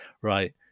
right